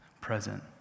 present